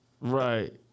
Right